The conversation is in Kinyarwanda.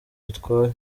bitwaje